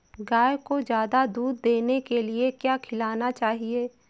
गाय को ज्यादा दूध देने के लिए क्या खिलाना चाहिए?